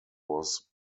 was